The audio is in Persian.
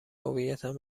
هویتم